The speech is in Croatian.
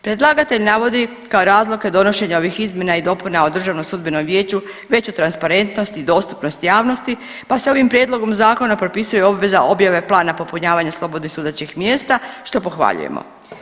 Predlagatelj navodi kao razloge donošenja ovih izmjena i dopuna o Državnom sudbenom vijeću veću transparentnost i dostupnost javnosti pa se ovim prijedlogom zakona propisuje obveza objave plana popunjavanja slobodnih sudačkih mjesta što pohvaljujemo.